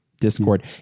Discord